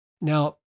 Now